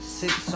six